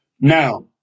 Now